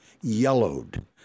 yellowed